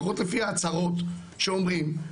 לפחות לפי ההצהרות שאומרים,